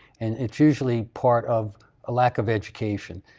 and it's usually part of a lack of education.